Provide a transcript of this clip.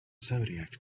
zodiac